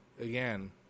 again